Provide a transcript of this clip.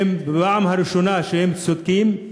שפעם ראשונה שהם צודקים,